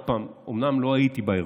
אומנם לא הייתי באירוע,